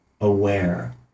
aware